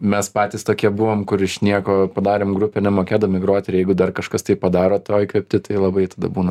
mes patys tokie buvom kur iš nieko padarėm grupę nemokėdami groti ir jeigu dar kažkas tai padaro to įkvėpti tai labai tada būna